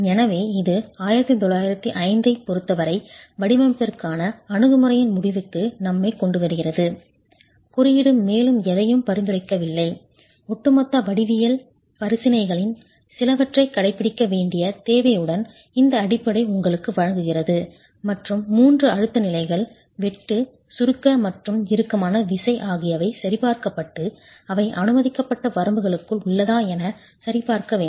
எனவே இது 1905 ஐப் பொருத்தவரை வடிவமைப்பிற்கான அணுகுமுறையின் முடிவுக்கு நம்மைக் கொண்டுவருகிறது குறியீடு மேலும் எதையும் பரிந்துரைக்கவில்லை ஒட்டுமொத்த வடிவியல் பரிசீலனைகளில் சிலவற்றைக் கடைப்பிடிக்க வேண்டிய தேவையுடன் இந்த அடிப்படையை உங்களுக்கு வழங்குகிறது மற்றும் மூன்று அழுத்த நிலைகள் வெட்டு சுருக்க மற்றும் இறுக்கமான விசை ஆகியவை சரிபார்க்கப்பட்டு அவை அனுமதிக்கப்பட்ட வரம்புகளுக்குள் உள்ளதா என சரிபார்க்கப்பட வேண்டும்